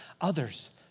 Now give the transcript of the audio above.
others